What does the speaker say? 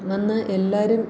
വന്ന് എല്ലാവരും